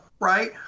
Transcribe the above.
right